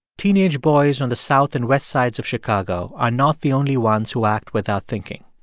teenage boys on the south and west sides of chicago are not the only ones who act without thinking.